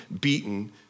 beaten